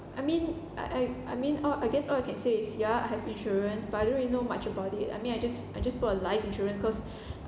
I mean I I I mean all I guess all I can say is ya I have insurance but I don't really know much about it I mean I just I just bought a life insurance cause